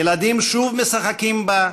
ילדים שוב משחקים בה,